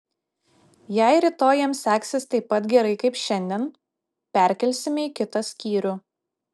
jei rytoj jam seksis taip pat gerai kaip šiandien perkelsime į kitą skyrių